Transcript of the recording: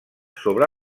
sobre